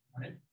right